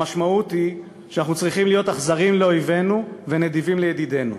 המשמעות היא שאנחנו צריכים להיות אכזרים לאויבינו ונדיבים לידידינו.